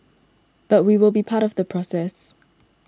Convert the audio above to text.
but we will be part of the process